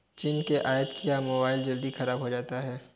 चीन से आयत किया मोबाइल जल्दी खराब हो जाता है